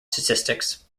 statistics